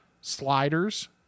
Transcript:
sliders